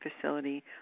facility